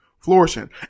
flourishing